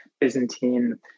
Byzantine